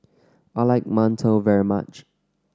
I like mantou very much